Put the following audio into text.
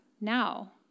now